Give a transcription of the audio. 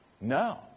No